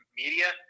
media